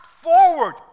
forward